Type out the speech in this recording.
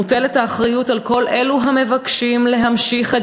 מוטלת האחריות על כל אלו המבקשים להמשיך את